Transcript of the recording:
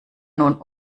nun